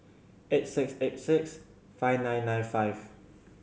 eight six eight six five nine nine five